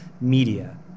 media